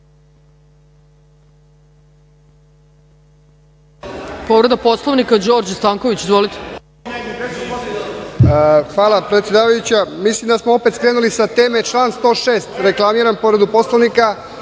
Povreda Poslovnika Đorđe Stanković. **Đorđe Stanković** Hvala predsedavajuća. Mislim da smo opet skrenuli sa teme. Član 106. reklamiram povredu Poslovnika